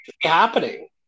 happening